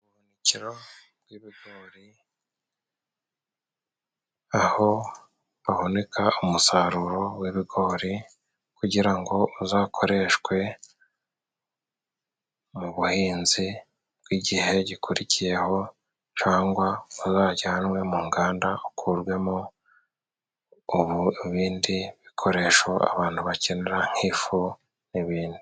Ubuhunikiro bw'ibigori，aho bahunika umusaruro w'ibigori， kugira ngo uzakoreshwe mu buhinzi bw'igihe gikurikiyeho cangwa uzajyanwe mu nganda， ukurwemo ibindi bikoresho abantu bakenera nk'ifu n'ibindi..